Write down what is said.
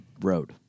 road